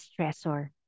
stressor